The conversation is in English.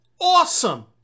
awesome